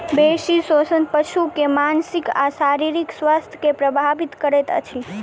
बेसी शोषण पशु के मानसिक आ शारीरिक स्वास्थ्य के प्रभावित करैत अछि